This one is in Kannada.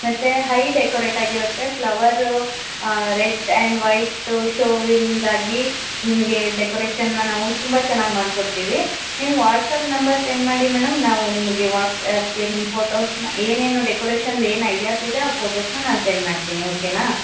ಮತ್ತು ಹೈ ಡೆಕೊರೇಟಾಗಿರುತ್ತೆ ಫ್ಲವರು ರೆಡ್ ಆ್ಯಂಡ್ ವೈಟು ಶೋವಿಂಗ್ದಾಗಿ ನಿಮಗೆ ಡೆಕೊರೇಷನ್ನ ನಾವು ತುಂಬ ಚೆನ್ನಾಗಿ ಮಾಡಿಕೊಡ್ತೀವಿ ನೀವು ವಾಟ್ಸ್ಆ್ಯಪ್ ನಂಬರ್ ಸೆಂಡ್ ಮಾಡಿ ಮೇಡಮ್ ನಾವು ನಿಮಗೆ ವಾಟ್ಸ್ಆ್ಯಪ್ಗೆ ನಿಮ್ಮ ಫೋಟೋಸ್ನ ಏನೇನು ಡೆಕೋರೇಷನ್ದು ಏನು ಐಡಿಯಾಸ್ ಇದೆ ಆ ಫೋಟೋಸ್ನ ನಾನು ಸೆಂಡ್ ಮಾಡ್ತೀನಿ ಓಕೆನಾ